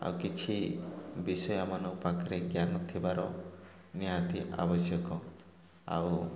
କିଛି ବିଷୟ ମାନଙ୍କ ପାଖରେ ଜ୍ଞାନ ଥିବାର ନିହାତି ଆବଶ୍ୟକ ଆଉ